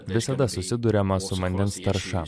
visada susiduriama su vandens tarša